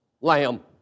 lamb